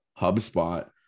HubSpot